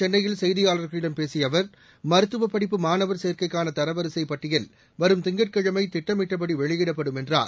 சென்னையில் செய்தியாளர்களிடம் பேசிய அவர் மருத்துவ படிப்பு மாணவர் நேற்று சேர்க்கைக்கான தரவரிசை பட்டியல் வரும் திங்கட்கிழமை திட்டமிட்டபடி வெளியிடப்படும் என்றார்